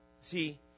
See